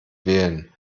wählen